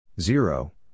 Zero